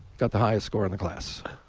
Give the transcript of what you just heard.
got the highest score in the class.